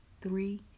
three